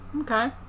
Okay